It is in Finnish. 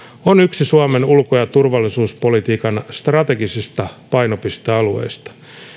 on yksi suomen ulko ja turvallisuuspolitiikan strategisista painopistealueista